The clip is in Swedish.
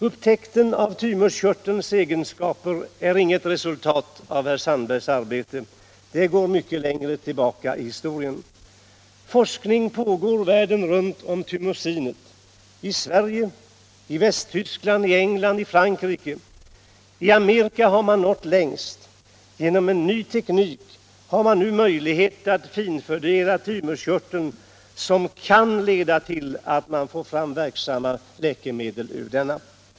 Upptäckten av tymuskörtelns egenskaper är inget resultat av herr Sandbergs arbete. Det går mycket längre tillbaka i historien. Forskning pågår världen runt om thymosinet — i Sverige, i Västtyskland, i England och i Frankrike. I Amerika har man nått längst. Genom en ny teknik har man nu möjlighet att finfördela tymuskörteln, något som kan leda till att man får fram verksamma läkemedel ur denna.